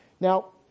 Now